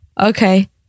Okay